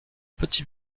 petit